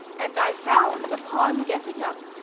and i found, upon getting up,